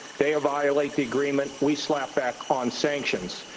they are violate the agreement, we slap back on sanctions.